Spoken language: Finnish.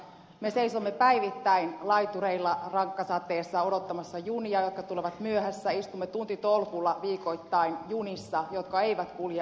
me seisomme päivittäin laitureilla rankkasateessa odottamassa junia jotka tulevat myöhässä istumme tuntitolkulla viikottain junissa jotka eivät kulje ajallaan